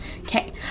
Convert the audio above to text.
Okay